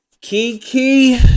Kiki